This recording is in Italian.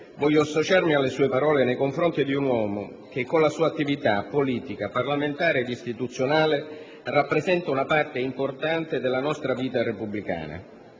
voglio associarmi alle sue parole nei confronti di un uomo che con la sua attività politica, parlamentare ed istituzionale rappresenta una parte importante della nostra vita repubblicana.